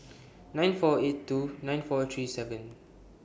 nine four eight two nine four three seven